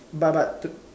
but but t~